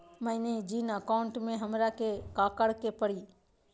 मैंने जिन अकाउंट में हमरा के काकड़ के परी?